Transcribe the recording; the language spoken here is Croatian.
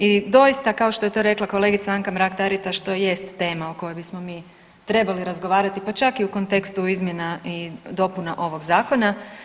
I doista kao što je to rekla kolegica Anka Mrak-Taritaš to jest tema o kojoj bismo mi trebali razgovarati, pa čak i u kontekstu izmjena i dopuna ovog zakona.